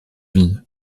vie